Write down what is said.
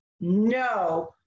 no